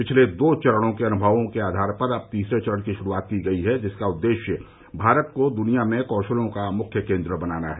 पिछले दो चरणों के अनुभवों के आधार पर अब तीसरे चरण की शुरुआत की है जिसका उद्देश्य भारत को दुनिया में कौशलों का मुख्य केंद्र बनाना है